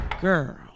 Girl